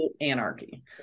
anarchy